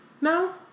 No